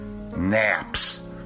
Naps